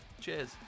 Cheers